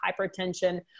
hypertension